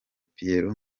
pierre